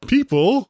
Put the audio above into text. People